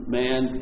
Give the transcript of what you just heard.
man